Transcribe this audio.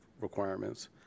requirements